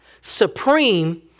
Supreme